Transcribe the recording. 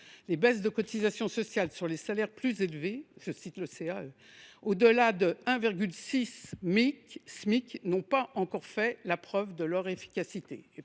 les baisses de cotisations sociales sur les salaires plus élevés – au delà de 1,6 Smic – n’ont pas encore fait la preuve de leur efficacité